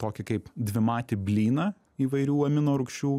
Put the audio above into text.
tokį kaip dvimatį blyną įvairių aminorūgščių